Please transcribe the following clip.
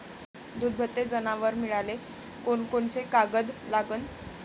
दुभते जनावरं मिळाले कोनकोनचे कागद लागन?